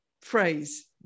phrase